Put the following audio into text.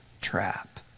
trap